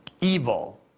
evil